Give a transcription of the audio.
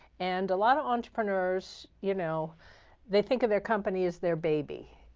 and a lot of entrepreneurs, you know they think of their company as their baby.